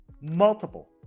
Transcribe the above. Multiple